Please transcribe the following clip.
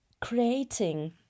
creating